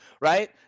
right